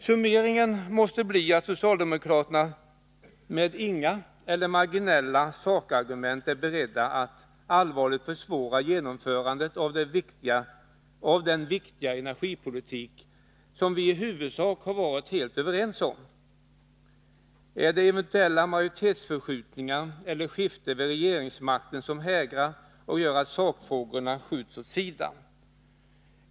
Summeringen måste bli att socialdemokraterna med inga eller marginella sakargument är beredda att allvarligt försvåra genomförandet av den viktiga energipolitik som vi i huvudsak har varit överens om. Är det eventuella majoritetsförskjutningar och skifte vid regeringsmakten som hägrar och gör att sakfrågorna skjuts åt sidan?